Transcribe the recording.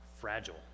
fragile